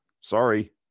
Sorry